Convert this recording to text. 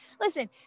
Listen